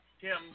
Tim